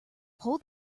hold